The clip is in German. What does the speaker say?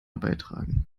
beitragen